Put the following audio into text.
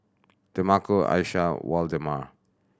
Demarco Aisha Waldemar